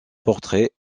portraits